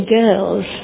girls